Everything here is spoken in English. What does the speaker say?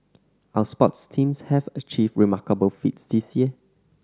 our sports teams have achieved remarkable feats this year